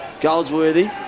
Goldsworthy